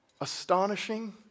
astonishing